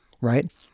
Right